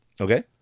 Okay